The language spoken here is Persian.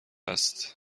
هست